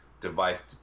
device